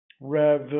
Rev